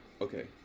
Okay